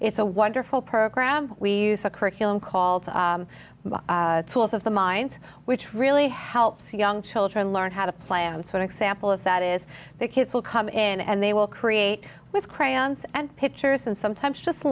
it's a wonderful program we use a curriculum called tools of the mind which really helps young children learn how to play and sort example if that is their kids will come in and they will create with crayons and pictures and sometimes just